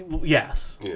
yes